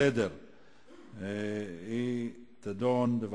ההצעות לסדר-היום בנושא המהומות בהר-הבית תידונה בוועדת